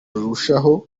rurushaho